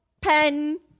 pen